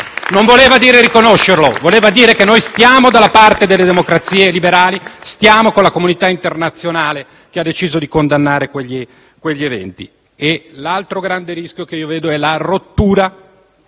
non voleva dire riconoscerlo; voleva dire che noi stiamo dalla parte delle democrazie liberali, stiamo con la comunità internazionale che ha deciso di condannare quegli eventi. *(Applausi dai Gruppi* *PD e* *Aut